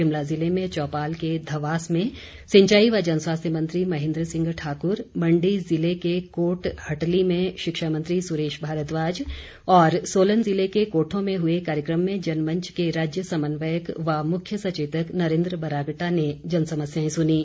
शिमला जिले में चौपाल के धवास में सिंचाई व जनस्वास्थ्य मंत्री महेंद्र सिंह ठाक्र मंडी जिले के कोटहटली में शिक्षा मंत्री सुरेश भारद्वाज और सोलन जिले के कोठों में हुए कार्यक्रम में जनमंच के राज्य समन्वयक व मुख्य सचेतक नरेन्द्र बरागटा ने जन समस्याएं सुनीं